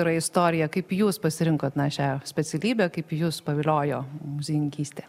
yra istorija kaip jūs pasirinkot na šią specialybę kaip jus paviliojo muziejininkystė